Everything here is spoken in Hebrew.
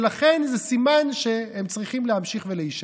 ולכן זה סימן שהם צריכים להמשיך ולהישאר.